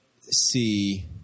see